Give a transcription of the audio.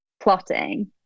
plotting